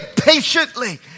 patiently